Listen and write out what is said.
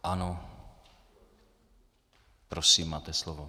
Ano, prosím, máte slovo.